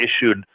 issued